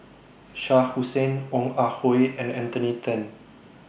Shah Hussain Ong Ah Hoi and Anthony Then